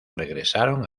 regresaron